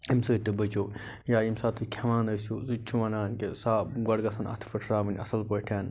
امہِ سۭتۍ تہِ بٔچیو یا ییٚمہِ ساتہٕ تُہۍ کھٮ۪وان ٲسِو سُہ تہِ چھُ وَنان کہِ صاف گۄڈٕ گَژھن اَتھہٕ پٹھراوٕنۍ اصٕل پٲٹھۍ